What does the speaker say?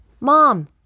Mom